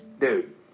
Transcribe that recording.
Dude